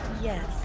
Yes